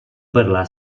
parlar